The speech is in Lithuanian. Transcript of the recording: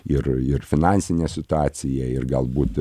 ir ir finansinė situacija ir galbūt